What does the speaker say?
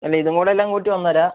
അല്ല ഇതുംകൂടെ എല്ലാം കൂട്ടി ഒന്നര